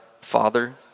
Father